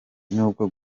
nubwo